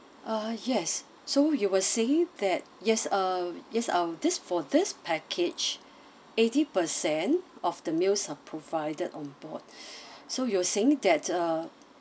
uh yes so you were saying that yes uh yes uh this for this package eighty percent of the meals are provided on board so you're saying that uh